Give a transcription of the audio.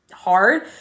hard